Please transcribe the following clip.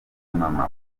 mama